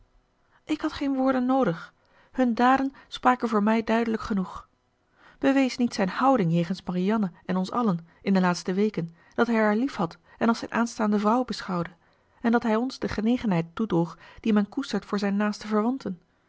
ik had geen woorden noodig hun daden spraken voor mij duidelijk genoeg bewees niet zijn houding jegens marianne en ons allen in de laatste weken dat hij haar liefhad en als zijn aanstaande vrouw beschouwde en dat hij ons de genegenheid toedroeg die men koestert voor zijn naaste verwanten